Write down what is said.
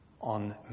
on